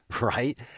right